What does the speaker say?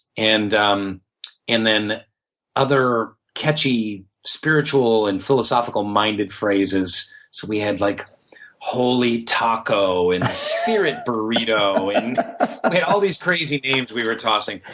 and um and then other catchy spiritual and philosophical minded phrases, so we had like holly taco and spirit burrito. we um had all these crazy names we were tossing.